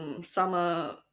summer